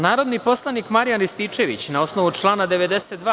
Narodni poslanik Marijan Rističević, na osnovu člana 92.